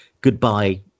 goodbye